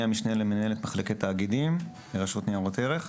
המשנה למנהלת מחלקת התאגידים ברשות לניירות ערך.